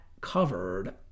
covered